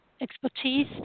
expertise